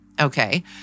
Okay